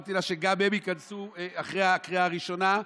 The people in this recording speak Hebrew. ואמרתי לה שגם הם ייכנסו אחרי הקריאה הראשונה,